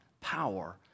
power